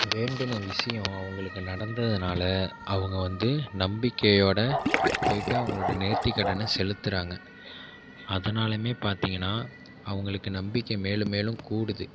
வேண்டுன விஷயம் அவங்களுக்கு நடந்ததுனால் அவங்க வந்து நம்பிக்கையோடய போயிட்டு அவங்களோட நேத்திக் கடனை செலுத்துகிறாங்க அதனாலேயுமே பார்த்திங்கன்னா அவங்களுக்கு நம்பிக்கை மேலும் மேலும் கூடுது